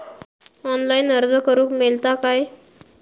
Online अर्ज करूक मेलता काय?